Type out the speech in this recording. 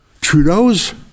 Trudeau's